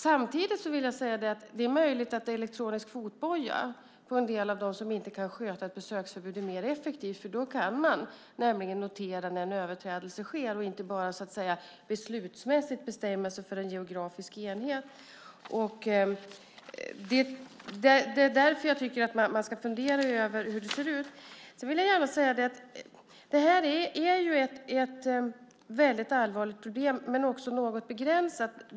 Samtidigt är det möjligt att elektronisk fotboja på dem som inte kan sköta ett besöksförbud är mer effektivt. Då kan man notera när en överträdelse sker och inte bara beslutsmässigt bestämma sig för en geografisk enhet. Det är därför jag tycker att man ska fundera över hur det ser ut. Det här är ett väldigt allvarligt problem, men det är också något begränsat.